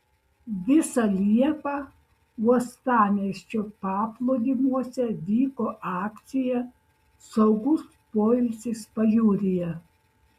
visą liepą uostamiesčio paplūdimiuose vyko akcija saugus poilsis pajūryje